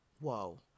whoa